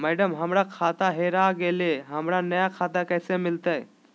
madam, हमर खाता हेरा गेलई, हमरा नया खाता कैसे मिलते